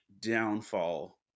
downfall